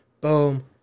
boom